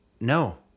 No